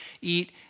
eat